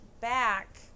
back